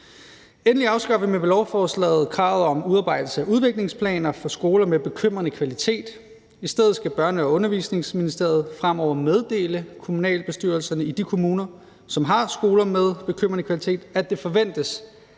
Endelig afskaffer vi med lovforslaget kravet om udarbejdelse af udviklingsplaner for skoler med bekymrende kvalitet. I stedet skal Børne- og Undervisningsministeriet fremover meddele kommunalbestyrelserne i de kommuner, som har skoler med bekymrende kvalitet, at det forventes,